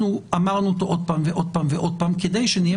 אמרנו אותו עוד פעם ועוד פעם כדי שנהיה